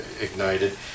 ignited